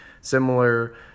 similar